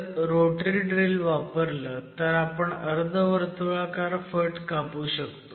जर rotary drill वापरलं तर आपण अर्धवर्तुळाकार फट कापू शकतो